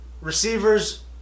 receivers